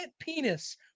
penis